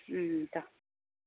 ꯎꯝ ꯎꯝ